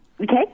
Okay